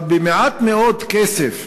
אבל מעט מאוד כסף,